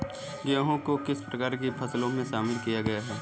गेहूँ को किस प्रकार की फसलों में शामिल किया गया है?